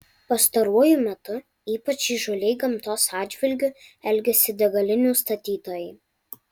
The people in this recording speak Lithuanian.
pastaruoju metu ypač įžūliai gamtos atžvilgiu elgiasi degalinių statytojai